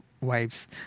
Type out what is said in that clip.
wives